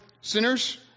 sinners